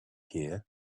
here